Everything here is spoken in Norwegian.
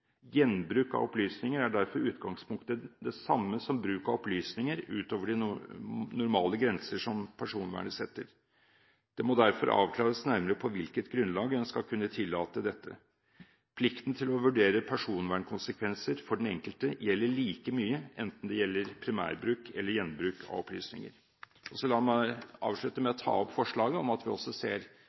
Gjenbruk av opplysninger er derfor i utgangspunktet det samme som bruk av opplysninger ut over de normale grenser som personvernet setter. Det må derfor avklares nærmere på hvilket grunnlag en skal kunne tillate dette. Plikten til å vurdere personvernkonsekvenser for den enkelte gjelder like mye, enten det gjelder primærbruk eller gjenbruk av opplysninger. Så la meg avslutte med å ta opp forslaget der vi ber regjeringen utrede hvilke implikasjoner det har hatt, at